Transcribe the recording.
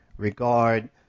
regard